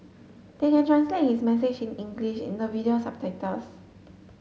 they can translate his message in English in the video subtitles